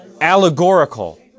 allegorical